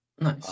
Nice